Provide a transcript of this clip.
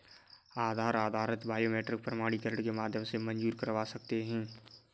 आधार आधारित बायोमेट्रिक प्रमाणीकरण के माध्यम से मंज़ूर करवा सकते हैं